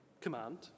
command